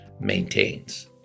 maintains